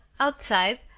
outside,